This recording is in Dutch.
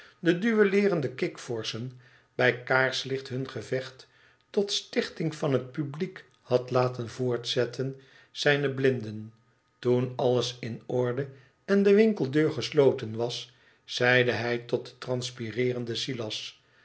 de duelleerende kikvorschen bij kaarslicht hun gevecht tot stichting van het publiek had laten voortzetten zijne blinden toen alles in orde en de winkeldeur gesloten was zeide hij tot den transpireerenden silas